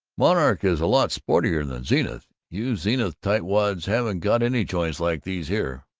monarch is a lot sportier than zenith. you zenith tightwads haven't got any joints like these here.